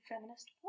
feminist